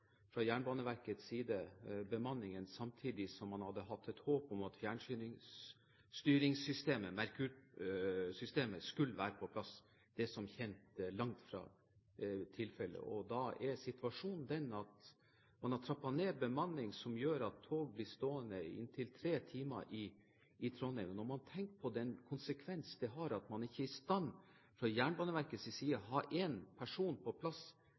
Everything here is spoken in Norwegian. fra Jernbaneverkets side, samtidig som man hadde et håp om at fjernstyringssystemet – Merkur-systemet – skulle være på plass. Det er som kjent langt fra tilfellet. Da er situasjonen den at man har trappet ned bemanningen, som gjør at tog blir stående i inntil tre timer i Trondheim. Konsekvensen av at man fra Jernbaneverkets side ikke er i stand til å ha én person på plass